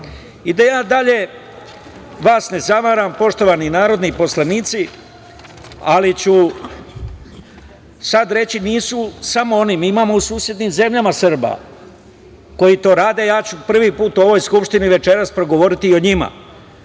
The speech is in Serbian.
da ja dalje vas ne zamaram, poštovani narodni poslanici, ali ću sad reći, nisu samo oni, mi imamo u susednim zemljama Srba koji to rade, ja ću prvi put u ovoj Skupštini večeras progovoriti i o njima,